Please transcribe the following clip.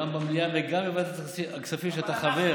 זה גם במליאה וגם בוועדת הכספים, שאתה חבר בה.